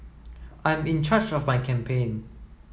I'm in charge of my campaign